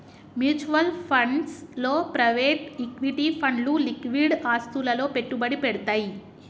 mutual funds లో private equity ఫండ్లు liquid ఆస్తులలో పెట్టుబడి పెడ్తయ్